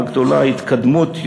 מה גדולה ההתקדמות,